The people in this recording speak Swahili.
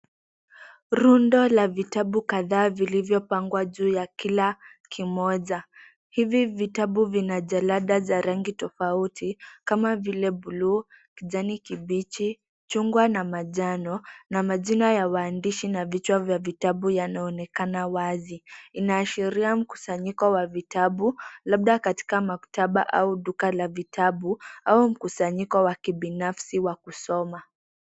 Rundo la vitabu kadhaa vilivyopangwa juu ya kila kimoja. Hivi vitabu vina jalada za rangi tofauti, kama vile bluu, kijani kibichi, chungwa na majano, na majina ya waandishi na vichwa vya vitabu yanaonekana wazi. Inaashiria mkusanyiko wa vitabu, labda katika maktaba au duka la vitabu au mkusanyiko wa kibinafsi wa kusoma.